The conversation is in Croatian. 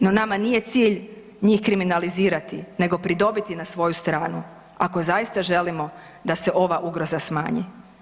No nama nije cilj njih kriminalizirati, nego pridobiti na svoju stranu ako zaista želimo da se ova ugroza smanji.